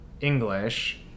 english